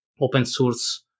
open-source